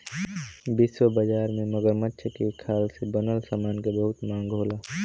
विश्व बाजार में मगरमच्छ के खाल से बनल समान के बहुत मांग होला